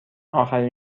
آخرین